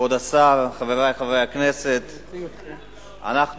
כבוד השר, חברי חברי הכנסת, אנחנו,